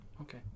Okay